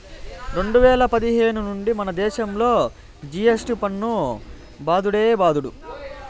రెండు వేల పదిహేను నుండే మనదేశంలో జి.ఎస్.టి పన్ను బాదుడే బాదుడు